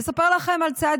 נספר לכם על צ',